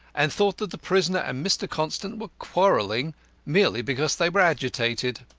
and thought that the prisoner and mr. constant were quarrelling merely because they were agitated.